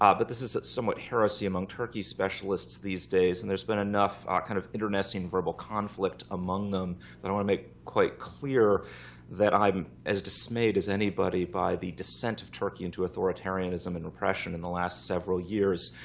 um but this is somewhat heresy among turkey specialists these days. and there's been enough ah kind of internecine verbal conflict among them that i want to make quite clear that i'm as dismayed as anybody by the descent of turkey into authoritarianism and repression in the last several years.